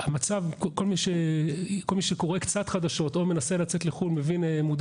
כל מי שומע קצת חדשות או מנסה לצאת לחוץ לארץ מודע